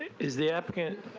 is the ah